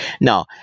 No